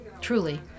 truly